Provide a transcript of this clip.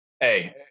Hey